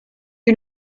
you